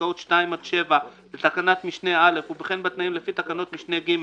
פסקאות (2) עד (7) לתקנת משנה (א) וכן בתנאים לפי תקנת משנה (ג)